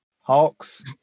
hawks